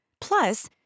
Plus